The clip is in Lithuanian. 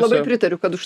labai pritariu kad už